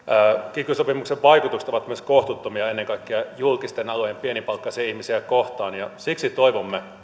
kiky sopimuksen vaikutukset ovat myös kohtuuttomia ennen kaikkea julkisten alojen pienipalkkaisia ihmisiä kohtaan ja siksi toivomme